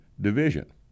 division